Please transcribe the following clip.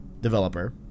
developer